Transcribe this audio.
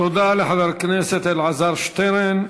תודה לחבר הכנסת אלעזר שטרן.